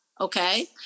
okay